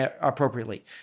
appropriately